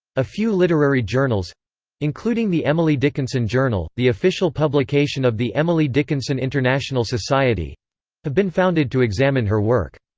a few literary journals including the emily dickinson journal, the official publication of the emily dickinson international society have been founded to examine her work.